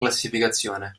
classificazione